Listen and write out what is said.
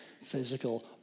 physical